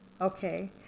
Okay